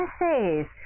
essays